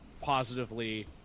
positively